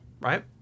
right